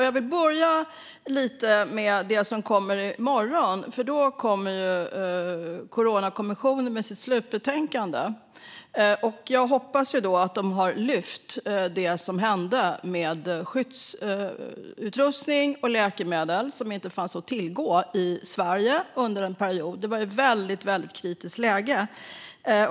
Jag vill börja med det som kommer i morgon. Då kommer ju Coronakommissionen med sitt slutbetänkande. Jag hoppas att man lyfter fram det som hände med skyddsutrustning och läkemedel som inte fanns att tillgå i Sverige under en period. Det var ett väldigt kritiskt läge.